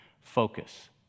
focus